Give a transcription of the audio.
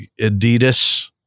Adidas